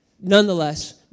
Nonetheless